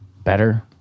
Better